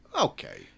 okay